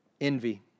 envy